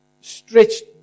stretched